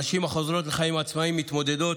הנשים החוזרות לחיים עצמאיים מתמודדות